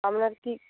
আপনার কি